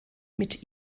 mit